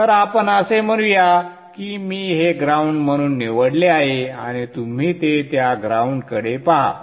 तर आपण असे म्हणूया की मी हे ग्राउंड म्हणून निवडले आहे आणि तुम्ही ते त्या ग्राउंड कडे पहा